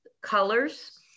colors